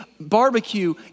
barbecue